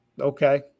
Okay